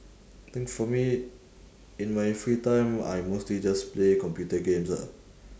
I think for me in my free time I mostly just play computer games ah